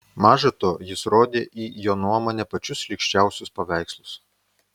maža to jis rodė į jo nuomone pačius šlykščiausius paveikslus